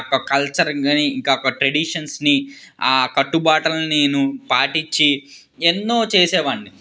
ఆ ఒక్క కల్చర్ గానీ ఆ యొక్క ట్రెడిషన్స్ని ఆ కట్టుబాటులు నేను పాటించి ఎన్నో చేసేవాణ్ణి